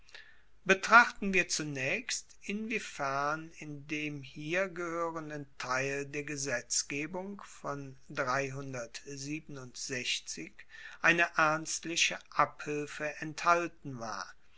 betrachten wir zunaechst inwiefern indem hierher gehoerenden teil der gesetzgebung von eine ernstliche abhilfe enthalten war